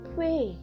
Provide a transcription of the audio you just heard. Pray